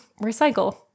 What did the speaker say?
recycle